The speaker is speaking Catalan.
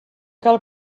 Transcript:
cal